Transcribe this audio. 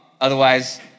Otherwise